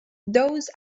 those